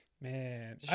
Man